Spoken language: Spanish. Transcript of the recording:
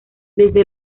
desde